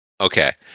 Okay